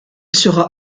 sera